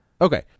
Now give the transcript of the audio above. Okay